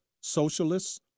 socialists